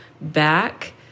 back